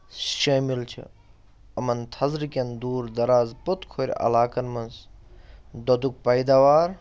شٲمِل چھِ یِمَن تھَزرٕکٮ۪ن دوٗر دَراز پوٚت کھورِ علاقَن منٛز دۄدُک پیداوار